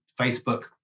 Facebook